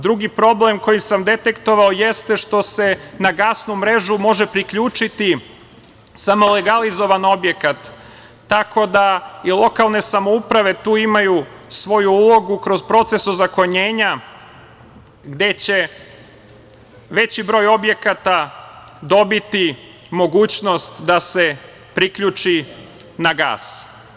Drugi problem, koji sam detektovao jeste što se na gasnu mrežu može priključiti samo legalizovani objekat, tako da i lokalne samouprave tu imaju svoju ulogu kroz proces ozakonjenja, gde će veći broj objekata dobiti mogućnost da se priključi na gas.